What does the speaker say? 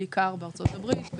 בעיקר בארצות הברית,